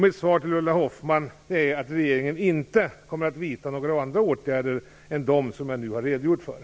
Mitt svar till Ulla Hoffmann är att regeringen inte kommer att vidta några andra åtgärder än dem jag nu redogjort för.